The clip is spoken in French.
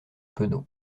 penaud